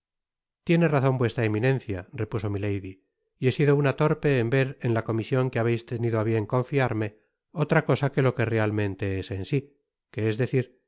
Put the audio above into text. tiene razon vuestra eminencia repuso milady y he sido una torpe en ver en la comisión que habeis tenido á bien confiarme otra cosa que lo que realmente es en si que es decir